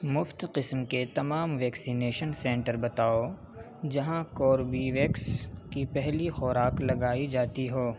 مفت قسم کے تمام ویکسینیشن سنٹر بتاؤ جہاں کوربیویکس کی پہلی خوراک لگائی جاتی ہو